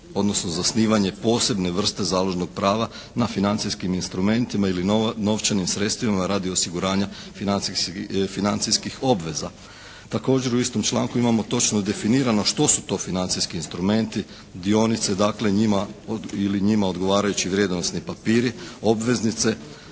odnosno zasnivanje posebne vrste založnog prava na financijskim instrumentima ili novčanim sredstvima radi osiguranja financijskih obveza. Također u istom članku imamo točno definirano što su to financijski instrumenti, dionice, dakle ili njima odgovarajući vrijednosni papiri, obveznice,